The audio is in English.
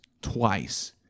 twice